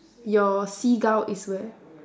your seagull is where